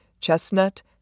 chestnut